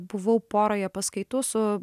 buvau poroje paskaitų su